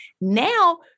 Now